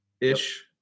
ish